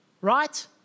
Right